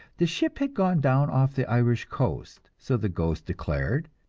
the ship had gone down off the irish coast, so the ghost declared,